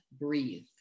breathe